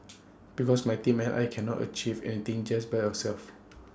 because my team and I cannot achieve anything just by ourselves